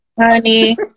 honey